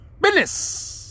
business